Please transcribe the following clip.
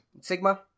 Sigma